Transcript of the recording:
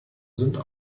sind